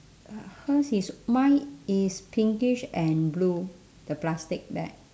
hers is mine is pinkish and blue the plastic bag